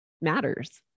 matters